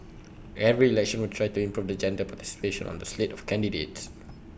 every election we try to improve the gender participation on the slate of candidates